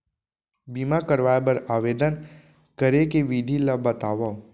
बीमा करवाय बर आवेदन करे के विधि ल बतावव?